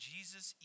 Jesus